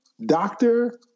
doctor